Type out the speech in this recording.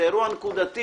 זה אירוע נקודתי,